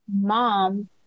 mom